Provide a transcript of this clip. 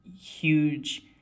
huge